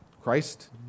Christ